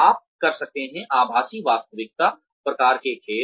आप कर सकते हैं आभासी वास्तविकता प्रकार के खेल